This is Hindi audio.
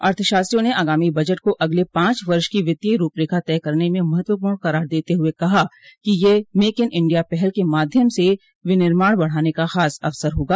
अर्थशास्त्रियों ने आगामी बजट को अगले पाँच वर्ष की वित्तीय रूपरेखा तय करने में महत्वपूर्ण करार देते हुए कहा कि यह मेक इन इण्डिया पहल के माध्यम से विनिर्माण बढ़ाने का खास अवसर होगा